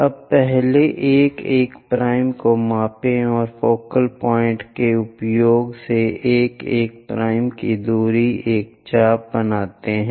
अब पहले 1 1 को मापें और फोकल पॉइंट के उपयोग से 1 1 की दूरी एक चाप बनाते हैं